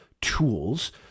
tools